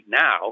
now